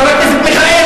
חבר הכנסת מיכאלי?